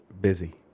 busy